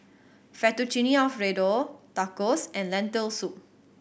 Fettuccine Alfredo Tacos and Lentil Soup